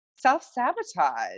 self-sabotage